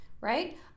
right